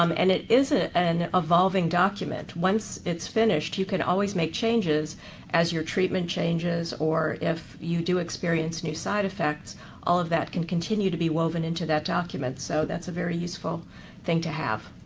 um and it is an evolving document. once it's finished, you can always make changes as your treatment changes or if you do experience new side effects. all of that can continue to be woven into that document, so that's a very useful thing to have.